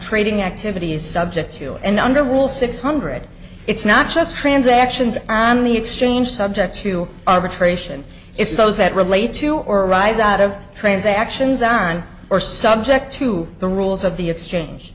trading activity is subject to and under will six hundred it's not just transactions on the exchange subject to arbitration it's those that relate to or arise out of transactions on or subject to the rules of the exchange